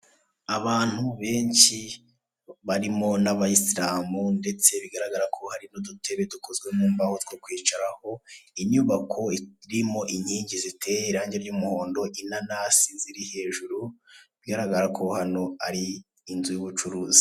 Abantu benshi barimo n'abayisiramu ndetse bigaragara ko hari n'udutebe dukozwe mu mbaho two kwicaraho, inyubako irimo inkingi ziteye irangi ry'umuhondo, inanasi ziri hejuru, bigaragara ko hano ari inzu y'ubucuruzi.